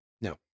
No